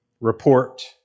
report